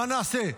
מה נעשה?